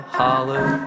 hollow